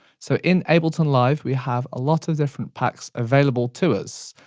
so in ableton live, we have a lot of different packs available to us.